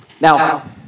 Now